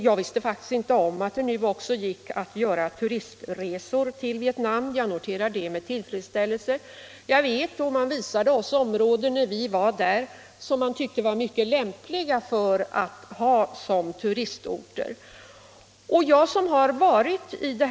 Jag kände faktiskt inte till att man nu också kan göra turistresor dit, men jag noterar med tillfredsställelse att så är fallet. Jag vet också att där finns områden som vietnameserna själva tycker är mycket lämpliga som turistorter. Man visade oss sådana när vi var där.